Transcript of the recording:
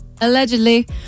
allegedly